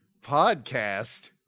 Podcast